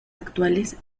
actuales